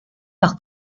par